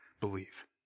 believe